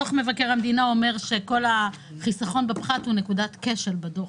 דוח מבקר המדינה אומר שכל החיסכון בפחת הוא נקודת כשל בדוח,